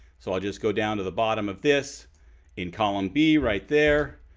so i'll just go down to the bottom of this in column b, right there,